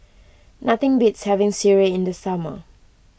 nothing beats having Sireh in the summer